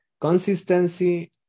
consistency